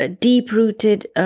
deep-rooted